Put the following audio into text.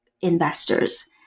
investors